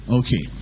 okay